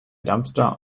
dumpster